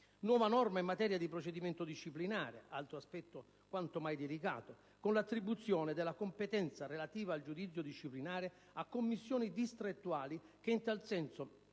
nuove norme in materia di procedimento disciplinare (altro aspetto quanto mai delicato), con l'attribuzione della competenza, relativamente al giudizio disciplinare, a commissioni distrettuali (che in tal senso